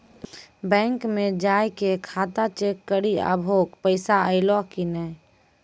bank मे जाय के खाता चेक करी आभो पैसा अयलौं कि नै